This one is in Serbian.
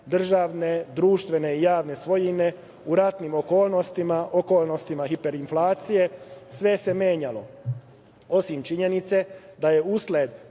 državne, društvene javne svojine, u ratnim okolnostima, okolnostima hiperinflacije. Sve se menjalo, osim činjenice da je usled